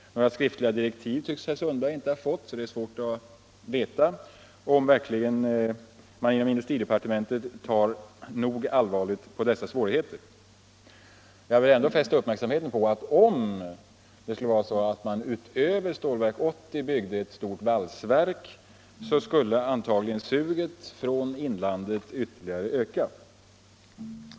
Några skriftliga direktiv tycks herr Sundberg inte ha fått, och det är svårt att veta om man verkligen inom industridepartementet tar tillräckligt allvarligt på dessa svårigheter. Jag vill fästa uppmärksamheten på att om man utöver Stålverk 80 byggde ett stort valsverk skulle suget från inlandet ytterligare ökas.